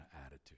attitude